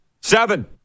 seven